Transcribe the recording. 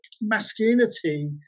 masculinity